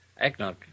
Eggnog